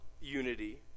unity